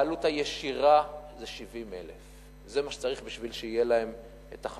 העלות הישירה זה 70,000. זה מה שצריך בשביל שיהיה להם חשמל,